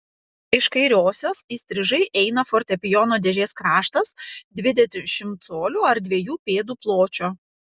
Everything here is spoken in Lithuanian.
iš kairiosios įstrižai eina fortepijono dėžės kraštas dvidešimt colių ar dviejų pėdų pločio